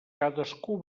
cadascú